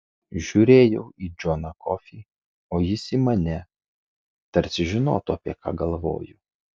žiūrėjau į džoną kofį o jis į mane tarsi žinotų apie ką galvoju